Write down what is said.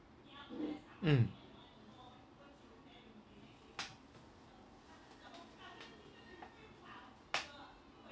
mm